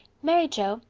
mary joe,